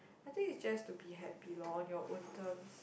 I think it's just to be happy loh in your own terms